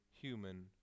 human